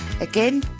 Again